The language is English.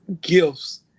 gifts